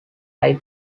lie